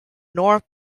north